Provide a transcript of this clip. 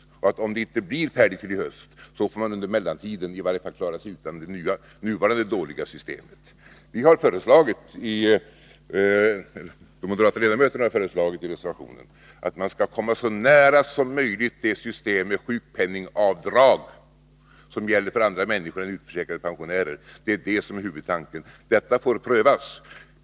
Om det inte blir färdigt till i höst, får man under mellantiden försöka klara sig utan det nuvarande dåliga systemet. De moderata ledamöterna har i sin reservation på den punkten föreslagit att man skall försöka komma det system för sjukpenningavdrag som gäller för andra människor än för utförsäkrade pensionärer så nära som möjligt. Detta är huvudtanken i förslaget som får prövas.